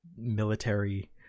military